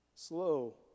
Slow